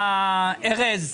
ארז,